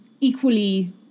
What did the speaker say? equally